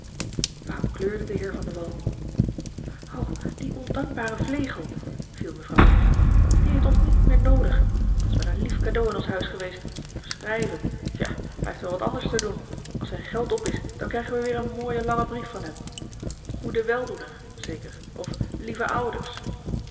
waarom kleurde de heer van de wall o die ondankbare vlegel viel mevrouw in die heeft ons niet meer noodig dat is wel een lief cadeau in ons huis geweest schrijven ja hij heeft wel wat anders te doen als zijn geld op is dan krijgen wij weêr een mooijen langen brief van hem goede weldoener zeker of lieve ouders